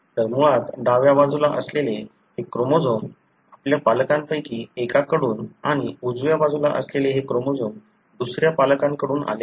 तर मुळात डाव्या बाजूला असलेले हे क्रोमोझोम आपल्या पालकांपैकी एकाकडून आणि उजव्या बाजूला असलेले हे क्रोमोझोम दुसर्या पालकाकडून आले आहे